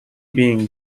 being